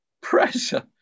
Pressure